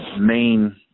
main